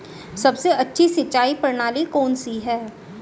सबसे अच्छी सिंचाई प्रणाली कौन सी है?